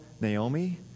Naomi